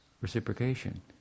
reciprocation